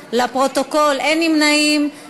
חוק התגמולים לנפגעי פעולות איבה (תיקון,